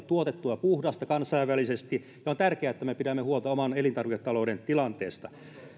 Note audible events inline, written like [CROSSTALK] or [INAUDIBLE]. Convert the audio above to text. [UNINTELLIGIBLE] tuotettua ja puhdasta kansainvälisesti ja on tärkeää että me pidämme huolta oman elintarviketalouden tilanteesta